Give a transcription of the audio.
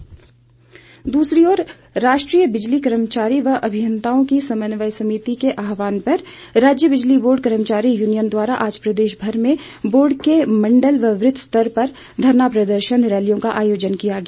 बिजली बोर्ड दूसरी ओर राष्ट्रीय बिजली कर्मचारी व अभियंताओं की समन्वय समिति के आहवान पर राज्य बिजली बोर्ड कर्मचारी यूनियन द्वारा आज प्रदेशभर में बोर्ड के मंडल व वृत स्तर पर धरना प्रदर्शन कर रैलियों का आयोजन किया गया